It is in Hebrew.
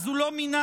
אז הוא לא מינה.